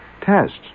tests